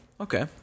Okay